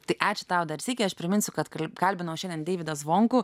tai ačiū tau dar sykį aš priminsiu kad kal kalbinau šiandien deividą zvonkų